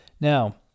Now